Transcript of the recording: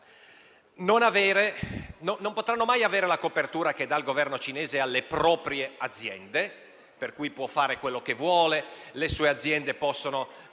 non potranno mai avere la copertura che il Governo cinese dà alle proprie aziende: può fare quello che vuole, le sue aziende possono